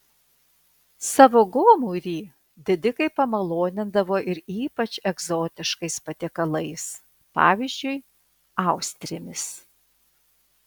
savo gomurį didikai pamalonindavo ir ypač egzotiškais patiekalais pavyzdžiui austrėmis